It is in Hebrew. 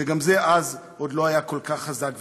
שגם זה עוד לא היה אז חזק ומקובל.